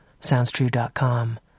SoundsTrue.com